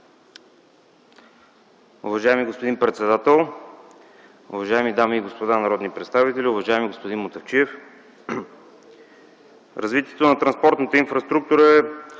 Уважаеми господин председател, уважаеми дами и господа народни представители, уважаеми господин Мутафчиев! Развитието на транспортната инфраструктура е